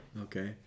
okay